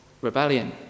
rebellion